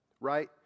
right